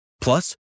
Plus